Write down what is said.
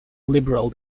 liberal